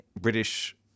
British